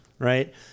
Right